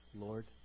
Lord